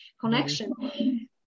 connection